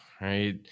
right